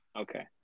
Okay